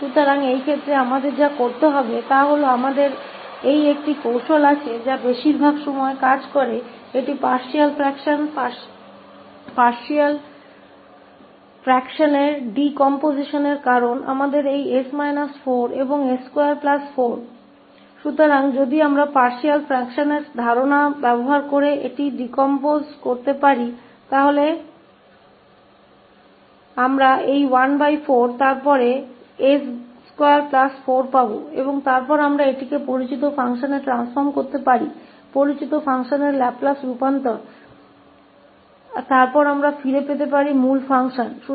तो इस मामले में हमें क्या करना है कि हमारे पास यह एक चाल है जो ज्यादातर समय काम करती है यह आंशिक अंश है आंशिक अंशों का अपघटन क्योंकि हमारे पास यह − 4 औरs24 है इसलिए यदि हम आंशिक अंश के विचार का उपयोग करके इसे विघटित कर सकते हैं तो हमें इसमें से कुछ मिलेगा 1 4 और फिर s24 और फिर हम इसे ज्ञात फंक्शनों में परिवर्तित कर सकते हैं ज्ञात फंक्शनों के लाप्लास परिवर्तन फिर हम वापस प्राप्त कर सकते हैं मूल फंक्शन के लिए